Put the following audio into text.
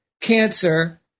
cancer